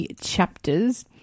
chapters